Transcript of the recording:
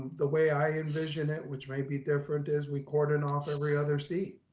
the way i envision it, which may be different is we cordoned off every other seat.